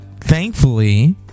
thankfully